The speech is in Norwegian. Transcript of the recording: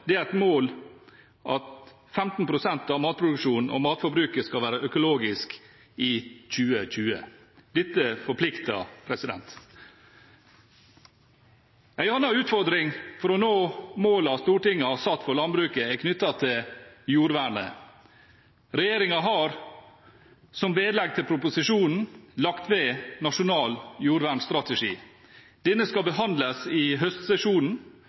det er et mål at 15 pst. av matproduksjonen og matforbruket skal være økologisk i 2020. Dette forplikter. En annen utfordring for å nå målene Stortinget har satt for landbruket, er knyttet til jordvernet. Regjeringen har som vedlegg til proposisjonen Nasjonal jordvernstrategi. Denne skal behandles i høstsesjonen.